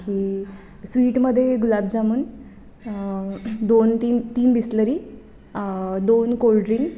आणखी स्वीटमध्ये गुलाबजामून दोन तीन तीन बिसलरी दोन कोल्ड्रिंक